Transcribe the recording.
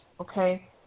okay